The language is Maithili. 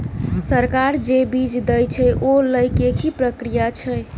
सरकार जे बीज देय छै ओ लय केँ की प्रक्रिया छै?